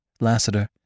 Lassiter